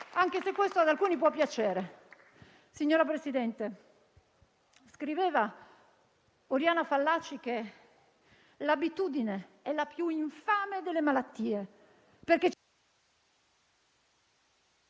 anche se questo ad alcuni può piacere. Signor Presidente, scriveva Oriana Fallaci che l'abitudine è la più infame delle malattie